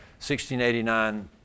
1689